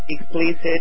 explicit